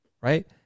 right